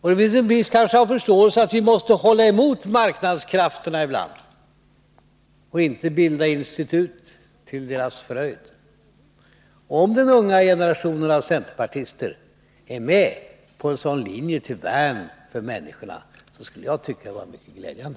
Det finns en brist på förståelse för att vi måste hålla emot marknadskrafterna ibland och inte bilda institut till deras fröjd. Om den unga generationen av centerpartister är med på en sådan linje till värn för människorna skulle jag tycka att det vore mycket glädjande.